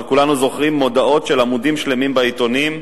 אבל כולנו זוכרים הודעות על עמודים שלמים בעיתונים,